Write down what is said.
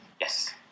yes